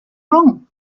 wrong